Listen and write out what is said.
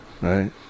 right